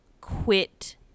quit